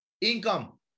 income